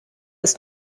ist